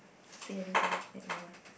say anything that you want